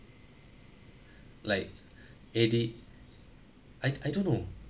like A_D I I don't know